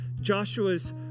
Joshua's